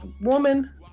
woman